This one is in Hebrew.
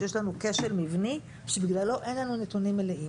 שיש לנו כשל מבני שבגללו אין לנו נתונים מלאים.